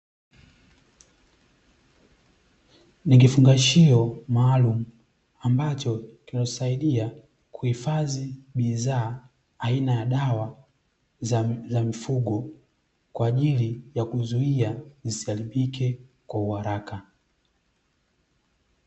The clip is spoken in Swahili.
Ni kifungashio maalumu, ambacho kinasaidia kuhifadhi bidhaa aina ya dawa za mifugo kwa ajili ya kuzuia zisiharibike kwa uharaka.